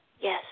Yes